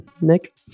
nick